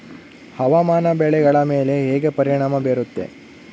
ಹವಾಮಾನ ಬೆಳೆಗಳ ಮೇಲೆ ಹೇಗೆ ಪರಿಣಾಮ ಬೇರುತ್ತೆ?